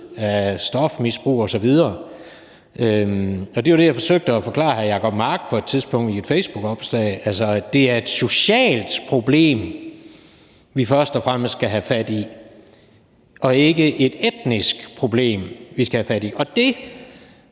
af stofmisbrug osv. Det var jo det, jeg forsøgte at forklare hr. Jacob Mark på et tidspunkt i et facebookopslag, altså at det er et socialt problem, vi først og fremmest skal have fat i, og ikke et etnisk problem, og det er jo ikke der,